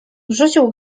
rzucił